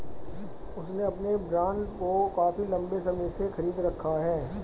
उसने अपने बॉन्ड को काफी लंबे समय से खरीद रखा है